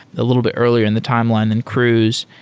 a little bit earlier in the timeline than cruise.